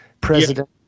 president